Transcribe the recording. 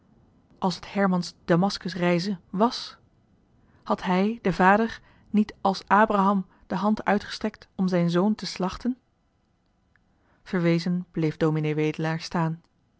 als het herman's damaskus reize wàs had hij de vader niet als abraham de hand uitgestrekt om zijnen zoon te slachten verwezen bleef ds wedelaar staan